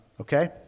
okay